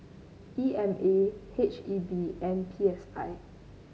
E M A H E B and P S I